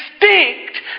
distinct